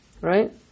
right